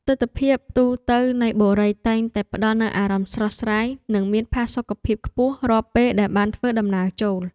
ទិដ្ឋភាពទូទៅនៃបុរីតែងតែផ្តល់នូវអារម្មណ៍ស្រស់ស្រាយនិងមានផាសុកភាពខ្ពស់រាល់ពេលដែលបានធ្វើដំណើរចូល។